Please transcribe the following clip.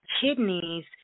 kidneys